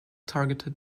targeted